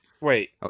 Wait